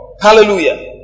Hallelujah